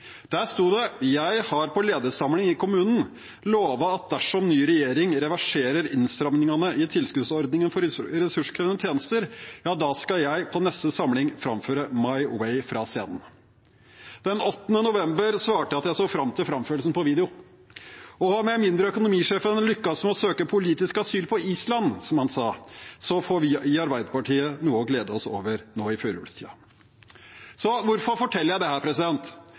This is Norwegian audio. Der sto det: Jeg har på ledersamling i kommunen lovet at dersom ny regjering reverserer innstramningene i tilskuddsordningen for ressurskrevende tjenester, ja, da skal jeg på neste samling framføre My Way fra scenen. Den 8. november svarte jeg at jeg så fram til framførelsen på video. Med mindre økonomisjefen lykkes med å søke politisk asyl på Island, som han sa, får vi i Arbeiderpartiet noe å glede oss over nå i førjulstiden. Hvorfor forteller jeg dette? Jo, for det